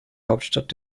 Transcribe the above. hauptstadt